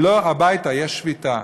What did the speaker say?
לא, הביתה, יש שביתה.